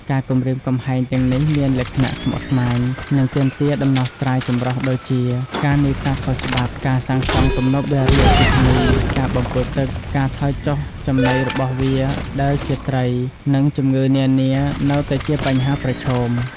ការគំរាមកំហែងទាំងនេះមានលក្ខណៈស្មុគស្មាញ និងទាមទារដំណោះស្រាយចម្រុះ ដូចជា ការនេសាទខុសច្បាប់ ការសាងសង់ទំនប់វារីអគ្គិសនី ការបំពុលទឹក ការថយចុះចំណីរបស់វាដែលជាត្រី និងជំងឺនានានៅតែជាបញ្ហាប្រឈម។